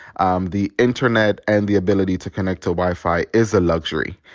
um the internet and the ability to connect to wi-fi is a luxury.